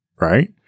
right